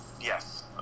yes